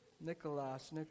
Nicholas